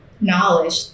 knowledge